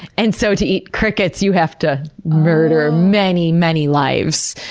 and so to eat crickets, you have to murder many, many lives.